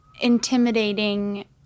intimidating